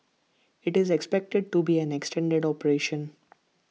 IT is expected to be an extended operation